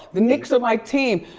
the knicks are my team.